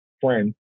friend